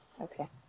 Okay